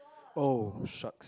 oh shocks